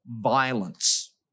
violence